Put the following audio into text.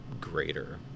greater